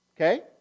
Okay